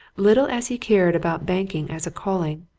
little as he cared about banking as a calling,